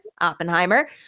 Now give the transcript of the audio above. Oppenheimer